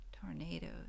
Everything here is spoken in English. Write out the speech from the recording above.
tornadoes